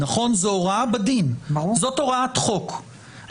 עורך הדין נרוב, ואז